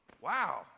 wow